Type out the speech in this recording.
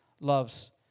loves